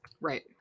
Right